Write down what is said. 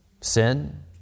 sin